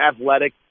athletic